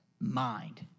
mind